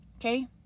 okay